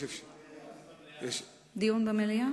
דיון במליאה.